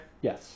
Yes